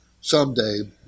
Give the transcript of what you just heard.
someday